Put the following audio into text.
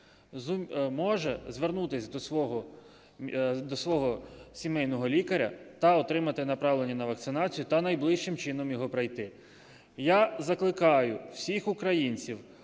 може звернутись до свого сімейного лікаря та отримати направлення на вакцинацію, та найближчим часом його пройти. Я закликаю всіх українців